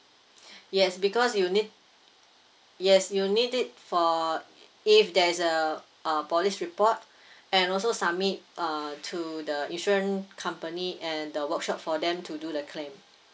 yes because you need yes you need it for if there is a uh police report and also submit uh to the insurance company and the workshop for them to do the claim